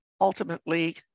ultimately